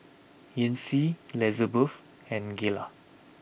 Yancy Lizabeth and Gayla